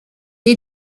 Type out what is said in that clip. est